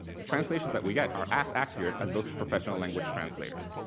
the translations that we get are as accurate as those of professional language translators,